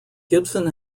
gibson